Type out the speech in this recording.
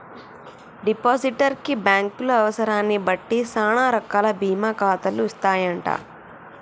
depositor కి బ్యాంకులు అవసరాన్ని బట్టి సానా రకాల బీమా ఖాతాలు ఇస్తాయంట